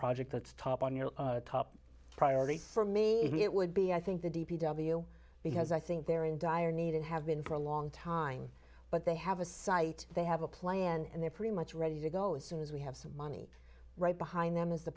projects top on your top priority for me it would be i think the d p w because i think they're in dire need and have been for a long time but they have a site they have a plan and they're pretty much ready to go as soon as we have some money right behind them is the